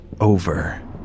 over